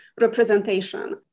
representation